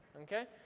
okay